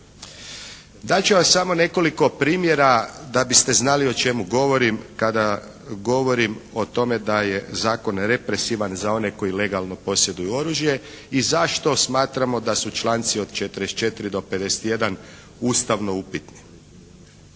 Dat ću vam samo nekoliko primjera da biste znali o čemu govorim, kada govorim o tome da je zakon represivan za one koji legalno posjeduju oružje i zašto smatramo da su članci od 44. do 51. ustavno upitni?